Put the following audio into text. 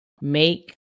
Make